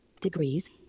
Degrees